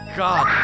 god